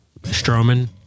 Strowman